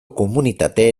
komunitate